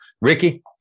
Ricky